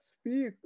speak